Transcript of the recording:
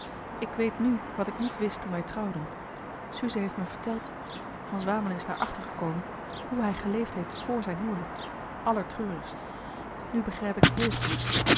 ik weet nu wat ik niet wist toen wij trouwden suze heeft me verteld van swamelen is daar achter gekomen hoe hij geleefd heeft vr zijn huwelijk allertreurigst nu begrijp ik heel goed